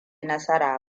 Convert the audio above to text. nasara